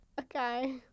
Okay